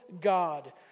God